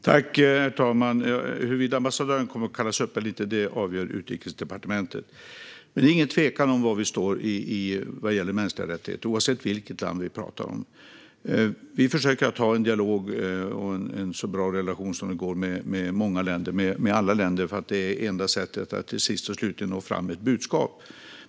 Herr talman! Huruvida ambassadören kommer att kallas upp eller inte avgör Utrikesdepartementet. Det är ingen tvekan om var vi står vad gäller mänskliga rättigheter, oavsett vilket land vi pratar om. Vi försöker att ha en dialog och en så bra relation som det går med alla länder, eftersom det är det enda sättet att sist och slutligen nå fram med ett budskap.